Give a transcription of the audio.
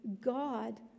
God